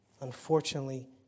Unfortunately